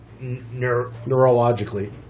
neurologically